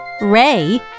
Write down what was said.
Ray